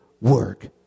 work